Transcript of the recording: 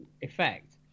effect